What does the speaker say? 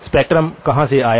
spectrum कहां से आया